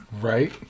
Right